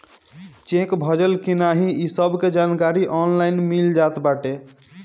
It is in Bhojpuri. चेक भजल की नाही इ सबके जानकारी ऑनलाइन मिल जात बाटे